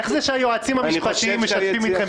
איך זה שהיועצים המשפטיים משתפים איתכם פעולה?